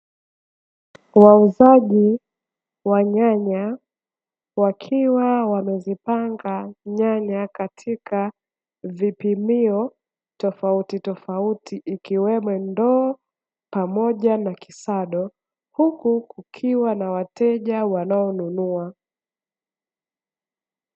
Wauzaji wa nyanya wakiwa wamezipanga nyanya katika vipimio tofauti tofauti, ikiwemo ndoo pamoja na kisado huku kukiwa na wateja wanao nunua.